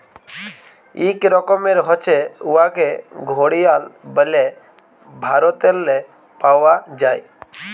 ইক রকমের হছে উয়াকে ঘড়িয়াল ব্যলে ভারতেল্লে পাউয়া যায়